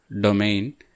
domain